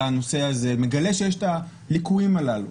הנושא הזה מגלה שיש את הליקויים הללו,